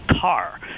car